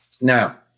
Now